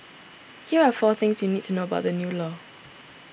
here are four things you need to know about the new law